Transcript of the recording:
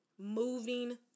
moving